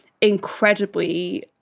incredibly